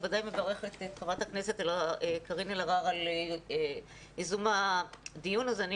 בוודאי מברכת את חברת הכנסת קארין אלהרר על ייזום הדיון הזה.